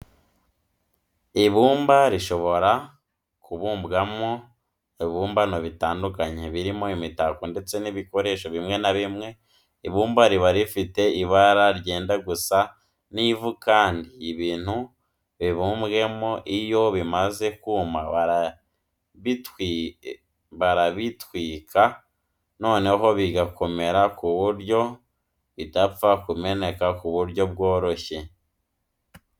Ibumba rishobora kubumbwamo ibibumbano bitandukanye, birimo imitako ndetse n'ibikoresho bimwe na bimwe. Ibumba riba rifite ibara ryenda gusa n'ivu kandi ibintu bibumbwemo iyo bimaze kuma barabitwikwa, noneho bigakomera ku buryo bidapfa kumeneka ku buryo bworoshye.